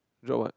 drop what